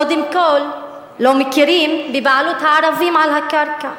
קודם כול, לא מכירים בבעלות הערבים על הקרקע.